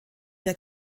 der